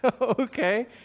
Okay